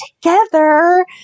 together